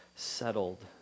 settled